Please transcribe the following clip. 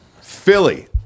Philly